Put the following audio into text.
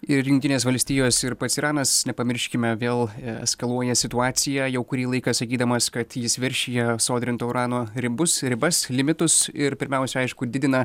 ir jungtinės valstijos ir pats iranas nepamirškime vėl eskaluoja situaciją jau kurį laiką sakydamas kad jis viršija sodrinto urano ribus ribas limitus ir pirmiausia aišku didina